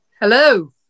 Hello